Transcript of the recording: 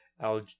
al